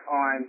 on